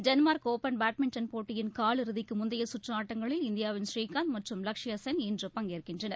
Denmark open badminton போட்டியின் கால் இறுதிக்கு முந்தைய சுற்று ஆட்டங்களில் இந்தியாவின் பூரீகாந்த் மற்றும் லக்ஷயா சென் இன்று பங்கேற்கின்றனர்